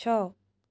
છ